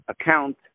account